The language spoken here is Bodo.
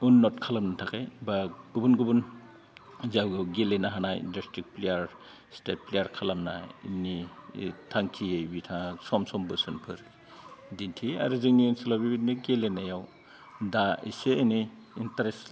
उन्न'ट खालामनो थाखाय बा गुबुन गुबुन जायगायाव गेलेनो हानाय दिस्ट्रिक्ट फ्लेयार स्टेट फ्लेयार खालामनायनि थांखि बिथांआ सम सम बोसोनफोर दिन्थियो आरो जोंनि ओनसोलाव बेबायदिनो गेलेनायाव दा एसे एनै इन्टारेस्ट